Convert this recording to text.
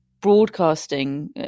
broadcasting